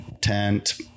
tent